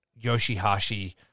Yoshihashi